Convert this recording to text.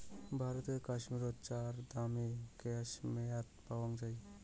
ভারতের কাশ্মীরত চরাদামে ক্যাশমেয়ার পাওয়াং যাই